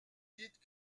dites